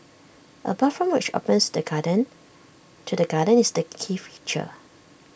A bathroom which opens the garden to the garden is the key feature